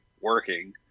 working